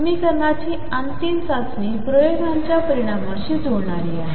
समीकरणाची अंतिम चाचणी प्रयोगांच्या परिणामाशी जुळणारी आहे